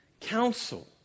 counsel